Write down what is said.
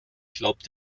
glaubt